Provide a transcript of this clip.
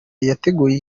yateguye